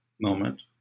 moment